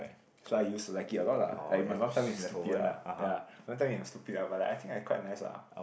so I used to like it a lot lah like my mum tell me is stupid lah ya my mum tell I'm stupid lah but like I think I quite nice lah